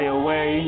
away